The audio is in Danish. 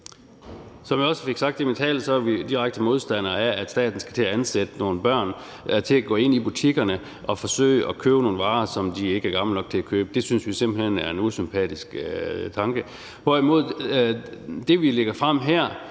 Som jeg også fik sagt i min tale, er vi direkte modstandere af, at staten skal til at ansætte nogle børn til at gå ind i butikkerne og forsøge at købe nogle varer, som de ikke er gamle nok til at købe. Det synes vi simpelt hen er en usympatisk tanke. Det, vi lægger frem her,